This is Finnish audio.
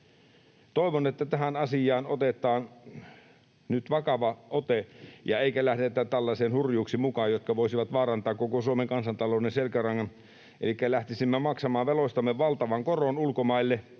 Toivon, että tähän asiaan otetaan nyt vakava ote eikä lähdetä mukaan tällaisiin hurjuuksiin, jotka voisivat vaarantaa koko Suomen kansantalouden selkärangan, että lähtisimme maksamaan veloistamme valtavan koron ulkomaille